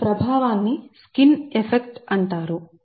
కాబట్టి ఈ ప్రభావాన్ని వాస్తవానికి స్కిన్ ఎఫెక్ట్ అంటారు